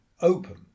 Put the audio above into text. open